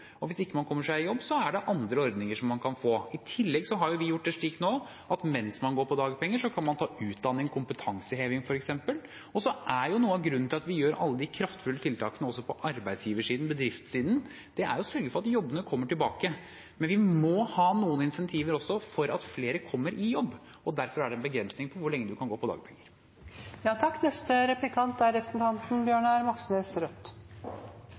Hvis man ikke kommer seg i jobb, er det andre ordninger man kan få. I tillegg har vi nå gjort det slik at mens man går på dagpenger, kan man ta utdanning, kompetanseheving f.eks. Noe av grunnen til at vi gjør alle de kraftfulle tiltakene på arbeidsgiversiden og bedriftssiden, er å sørge for at jobbene kommer tilbake, men vi må også ha noen insentiver for at flere kommer i jobb. Derfor er det en begrensning på hvor lenge man kan gå på dagpenger. Jeg vil først spørre statsråden om noe som angår dem som er